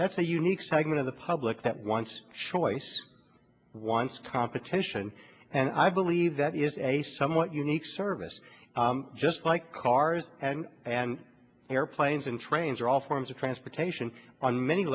that's a unique segment of the public that once show us once competition and i believe that is a somewhat unique service just like cars and airplanes and trains are all forms of transportation on many